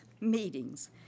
meetings